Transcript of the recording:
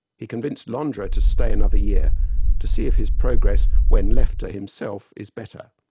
he convinced l'andre to stay another year to see if his progress when left to himself, is better,